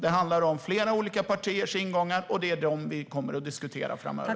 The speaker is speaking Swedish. Det handlar om flera olika partiers ingångar, och vi kommer att diskutera dem framöver.